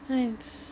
!hais!